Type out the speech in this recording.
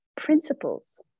principles